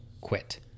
quit